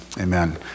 amen